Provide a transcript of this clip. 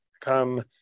come